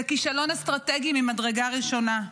זה כישלון אסטרטגי ממדרגה ראשונה.